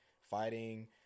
fighting